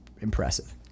impressive